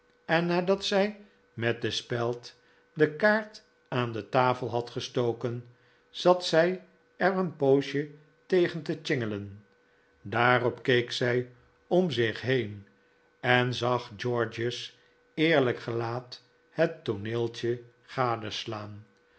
en nadat zij met de speld de kaart aan de tafel had gestoken zat zij er een poosje tegen te tjingelen daarop keek zij om zich heen en zag george's eerlijk gelaat het tooneeltje gadeslaan